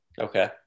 okay